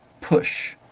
push